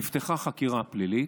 נפתחה חקירה פלילית.